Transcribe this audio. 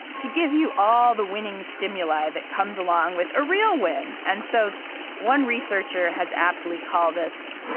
to give you all the winning stimuli that comes along with a real win. and so one researcher has aptly called this,